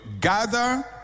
gather